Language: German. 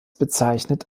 bezeichnet